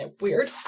weird